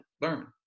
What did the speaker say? learn